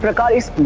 but goddess.